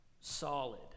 solid